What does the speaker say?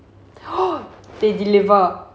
oh they deliver